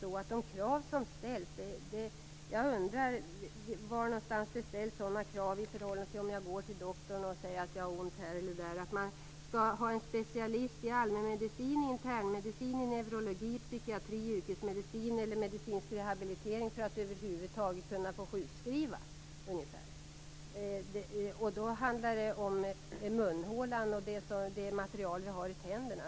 Jag undrar faktiskt var någonstans det ställs sådana krav. Det är ungefär som om jag går till doktorn och säger att jag har ont här eller där och man måste anlita specialister i allmänmedicin, internmedicin, neurologi, psykiatri, yrkesmedicin eller medicinsk rehabilitering för att jag över huvud taget skall få sjukskrivas. Så är det när det handlar om munhålan och det material vi har i tänderna.